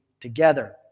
together